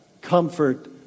comfort